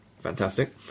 fantastic